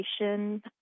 education